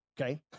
okay